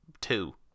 two